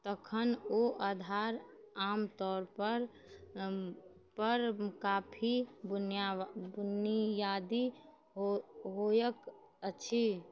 तखन ओ आधार आमतौर पर पर काफी बुनियाव बुनियादी हो होइत अछि